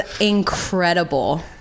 incredible